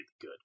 good